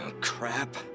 Crap